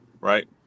right